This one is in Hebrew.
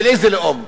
של איזה לאום?